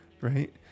right